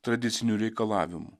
tradicinių reikalavimų